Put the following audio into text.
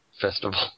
festival